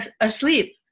asleep